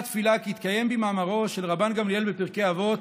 אשא תפילה כי יתקיים בי מאמרו של רבן גמליאל בפרקי אבות: